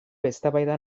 eztabaida